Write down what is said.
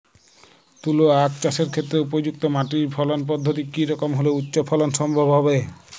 তুলো আঁখ চাষের ক্ষেত্রে উপযুক্ত মাটি ফলন পদ্ধতি কী রকম হলে উচ্চ ফলন সম্ভব হবে?